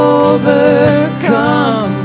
overcome